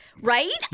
Right